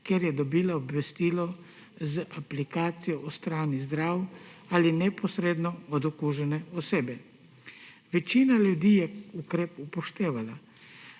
ker je dobila obvestilo z aplikacije Ostani zdrav ali neposredno od okužene osebe. Večina ljudi je ukrep upoštevala.